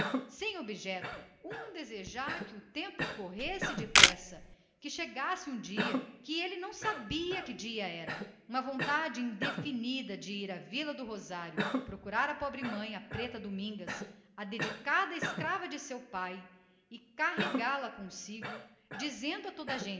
sem objeto um frouxo desejar que o tempo corresse bem depressa e que chegasse um dia que ele não sabia que dia era sentia uma vontade indefinida de ir de novo a vila do rosário procurar a pobre mãe a pobre negra a dedicada escrava de seu pai e trazê-la em sua companhia para dizer a